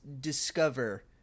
discover